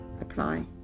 apply